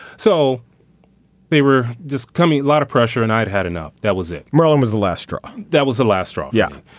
so they were just coming a lot of pressure and i'd had enough. that was it. merlin was the last straw. that was the last straw. yeah.